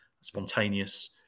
spontaneous